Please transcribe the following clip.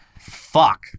Fuck